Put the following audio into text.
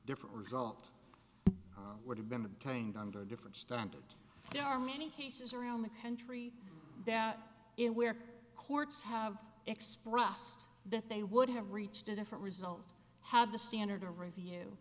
different result would have been obtained under a different standard there are many cases around the country that is where courts have expressed that they would have reached a different result had the standard of review